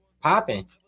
popping